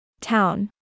Town